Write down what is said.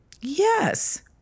Yes